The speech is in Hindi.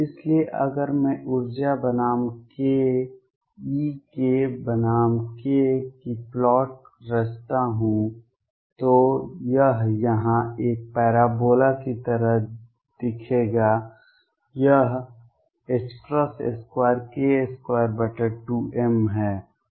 इसलिए अगर मैं ऊर्जा बनाम k E बनाम k की प्लाट रचता हूं तो यह यहां एक पैराबोला की तरह दिखेगा यह 2k22m है